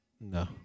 No